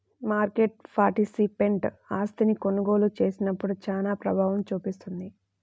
market participant ఆస్తిని కొనుగోలు చేసినప్పుడు చానా ప్రభావం చూపిస్తుంది